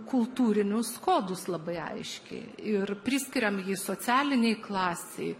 kultūrinius kodus labai aiškiai ir priskiriam jį socialinei klasei